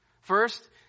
First